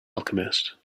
alchemist